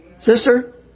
Sister